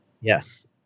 Yes